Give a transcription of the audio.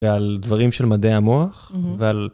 ועל דברים של מדעי המוח ועל...